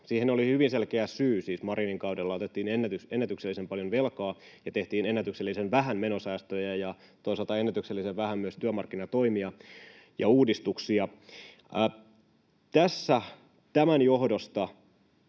Siihen oli hyvin selkeä syy: Marinin kaudella siis otettiin ennätyksellisen paljon velkaa ja tehtiin ennätyksellisen vähän menosäästöjä ja toisaalta ennätyksellisen vähän myös työmarkkinatoimia ja ‑uudistuksia. Tämän johdosta